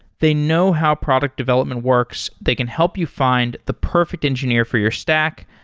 they know how product development works. they can help you find the perfect engineer for your stack,